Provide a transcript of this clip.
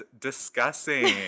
Discussing